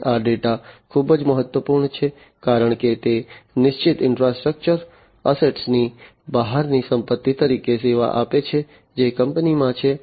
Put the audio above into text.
અને આ ડેટા ખૂબ જ મહત્વપૂર્ણ છે કારણ કે તે નિશ્ચિત ઇન્ફ્રાસ્ટ્રક્ચર અસેટની બહારની સંપત્તિ તરીકે સેવા આપે છે જે કંપનીમાં છે